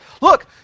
Look